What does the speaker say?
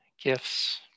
gift's